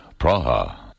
Praha